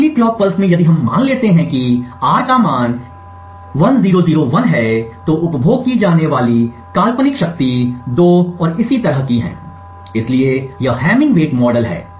अगली clock pulse में यदि हम मान लेते हैं कि R का मान 1001 है तो उपभोग की जाने वाली काल्पनिक शक्ति 2 और इसी तरह की है इसलिए यह हैमिंग वेट मॉडल है